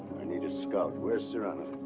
i need a scout. where's cyrano?